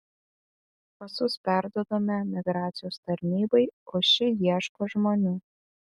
pasus perduodame migracijos tarnybai o ši ieško žmonių